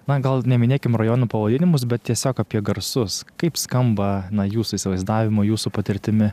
na gal neminėkim rajonų pavadinimus bet tiesiog apie garsus kaip skamba na jūsų įsivaizdavimu jūsų patirtimi